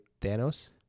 Thanos